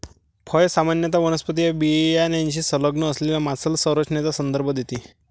फळ सामान्यत वनस्पतीच्या बियाण्याशी संलग्न असलेल्या मांसल संरचनेचा संदर्भ देते